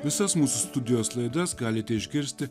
visas mūsų studijos laidas galite išgirsti